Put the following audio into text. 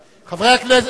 33,